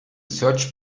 search